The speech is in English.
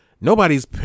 nobody's